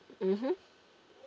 mmhmm